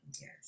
Yes